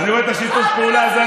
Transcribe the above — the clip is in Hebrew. אני רואה את שיתוף הפעולה הזה,